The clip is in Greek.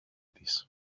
της